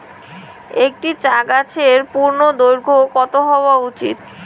একটি চা গাছের পূর্ণদৈর্ঘ্য কত হওয়া উচিৎ?